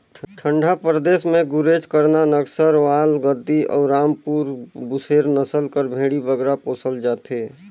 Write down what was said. ठंडा परदेस में गुरेज, करना, नक्खरवाल, गद्दी अउ रामपुर बुसेर नसल कर भेंड़ी बगरा पोसल जाथे